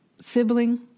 sibling